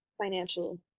financial